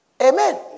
Amen